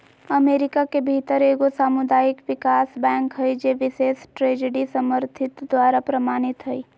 America के भीतर एगो सामुदायिक विकास बैंक हइ जे बिशेष ट्रेजरी समर्थित द्वारा प्रमाणित हइ